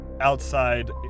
outside